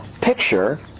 picture